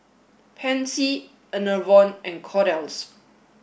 Pansy Enervon and Kordel's